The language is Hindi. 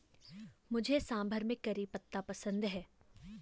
मुझे सांभर में करी पत्ता पसंद है